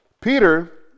Peter